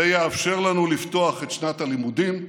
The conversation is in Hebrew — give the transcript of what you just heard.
זה יאפשר לנו לפתוח את שנת הלימודים,